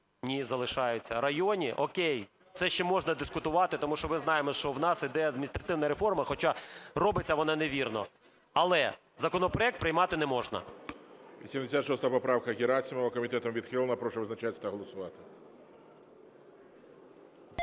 ні, залишаються, районні – о'кей, це ще можна дискутувати, тому що ми знаємо, що у нас йде адміністративна реформа, хоча робиться вона невірно. Але законопроект приймати не можна. ГОЛОВУЮЧИЙ. 86 поправка Герасимова, комітетом відхилена. Прошу визначатись та голосувати.